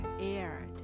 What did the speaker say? aired